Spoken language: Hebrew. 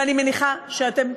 ואני מניחה שלא תופתעו,